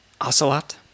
Ocelot